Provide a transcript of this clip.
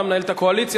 אתה מנהל את הקואליציה,